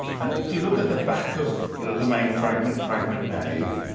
and if you look at the back of the main fragment, fragment a,